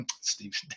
Steve